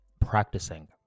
practicing